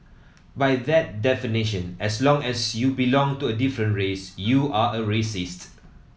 by that definition as long as you belong to a different race you are a racist